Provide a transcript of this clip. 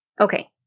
okay